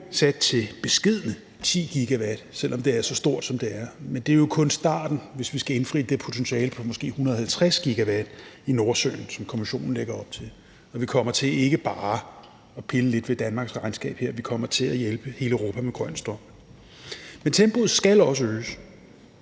sat til beskedne 10 GW, selv om det er så stort, som det er. Men det er jo kun starten, hvis vi skal indfri det potentiale på måske 150 GW i Nordsøen, som Kommissionen lægger op til. Vi kommer ikke bare til at pille lidt ved Danmarks regnskab her; vi kommer til at hjælpe hele Europa med grøn strøm. Men tempoet skal også øges.